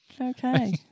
Okay